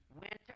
winter